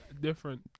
Different